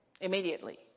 Immediately